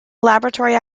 laboratory